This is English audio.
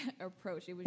approach